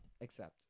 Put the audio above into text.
accept